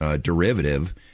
derivative